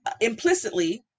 implicitly